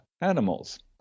animals